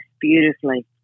beautifully